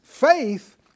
Faith